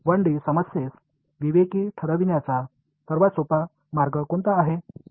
1D समस्येस विवेकी ठरविण्याचा सर्वात सोपा मार्ग कोणता आहे